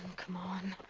come on,